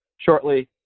shortly –